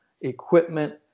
equipment